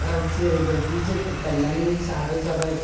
दा जेरैबायदि जोंफोर गायनानै जाबाय जाबाय